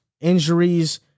injuries